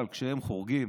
אבל כשהם חורגים